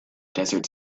desert